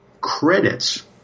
credits